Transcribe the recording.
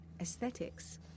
aesthetics